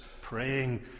praying